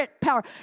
power